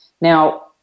Now